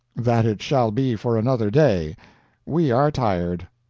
that it shall be for another day we are tired.